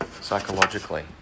psychologically